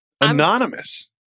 Anonymous